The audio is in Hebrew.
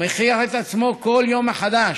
הוא מוכיח את עצמו כל יום מחדש.